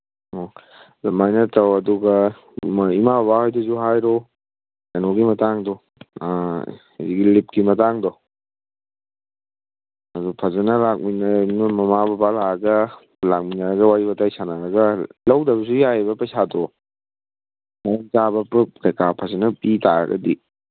ꯑꯣ ꯑꯗꯨꯃꯥꯏꯅ ꯇꯧ ꯑꯗꯨꯒ ꯏꯃꯥ ꯕꯕꯥ ꯍꯣꯏꯗꯁꯨ ꯍꯥꯏꯔꯣ ꯀꯩꯅꯣꯒꯤ ꯃꯇꯥꯡꯗꯣ ꯂꯤꯞꯀꯤ ꯃꯇꯥꯡꯗꯣ ꯑꯗꯨ ꯐꯖꯅ ꯅꯣꯏ ꯃꯃꯥ ꯕꯕꯥ ꯂꯥꯛꯑꯒ ꯂꯥꯛꯃꯤꯟꯅꯔꯒ ꯋꯥꯔꯤ ꯋꯇꯥꯏ ꯁꯥꯟꯅꯔꯒ ꯂꯧꯗꯕꯁꯨ ꯌꯥꯏꯌꯦꯕ ꯄꯩꯁꯥꯗꯣ ꯃꯔꯝ ꯆꯥꯕ ꯄ꯭ꯔꯨꯞ ꯀꯩꯀꯥ ꯐꯖꯅ ꯄꯤ ꯇꯥꯔꯒꯗꯤ